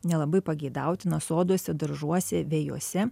nelabai pageidautina soduose daržuose vejose